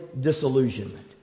disillusionment